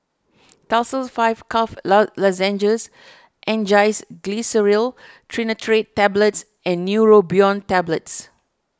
Tussils five Cough Lozenges Angised Glyceryl Trinitrate Tablets and Neurobion Tablets